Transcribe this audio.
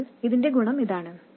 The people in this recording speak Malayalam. അതിനാൽ ഇതിന്റെ ഗുണം ഇതാണ്